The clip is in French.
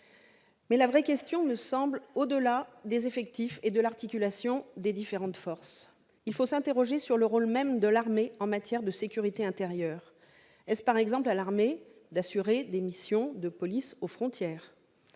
La vraie question me semble aller au-delà des effectifs et de l'articulation des différentes forces. Il faut s'interroger sur le rôle même de l'armée en matière de sécurité intérieure. Est-ce, par exemple, à l'armée d'assurer des missions de police aux frontières ?